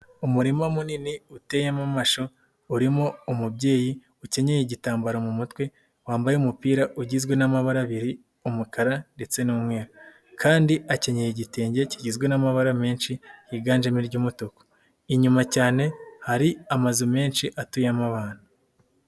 Umurima munini uteyemo amashu, urimo umubyeyi ukenyeye igitambaro mu mutwe. Wambaye umupira ugizwe n'amabara abiri, umukara ndetse n'umweru kandi akenyeye igitenge kigizwe n'amabara menshi, yiganjemo iry'umutuku. Inyuma cyane hari amazu menshi atuyemo abantu.